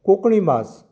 कोंकणी भास